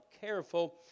careful